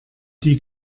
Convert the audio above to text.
die